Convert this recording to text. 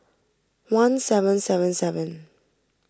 one seven seven seven